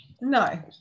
no